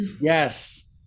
Yes